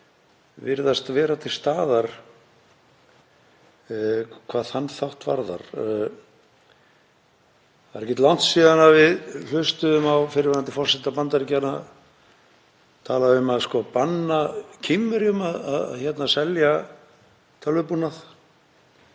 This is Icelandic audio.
virðast vera til staðar hvað þann þátt varðar þá er ekkert langt síðan við hlustuðum á fyrrverandi forseta Bandaríkjanna tala um að banna Kínverjum að selja tölvubúnað